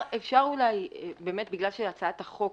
בגלל שהצעת החוק